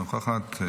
אינה נוכחת.